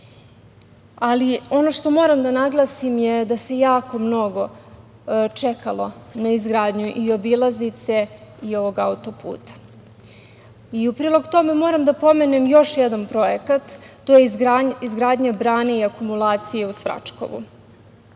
Ali, ono što moram da naglasim je, da se jako mnogo čekalo na izgradnju i obilaznice i ovog auto-puta. U prilog tome moram da pomenem još jedan projekat, to je izgradnja brane i akumulacije u Svračkovu,